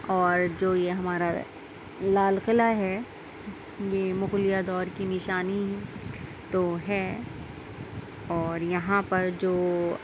اور جو یہ ہمارا لال قلعہ ہے یہ مغلیہ دورکی نشانی تو ہے اور یہاں پر جو